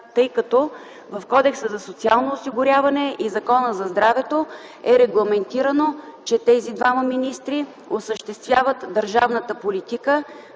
тъй като в Кодекса за социално осигуряване и Закона за здравето е регламентирано, че тези двама министри осъществяват държавната политика